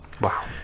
Wow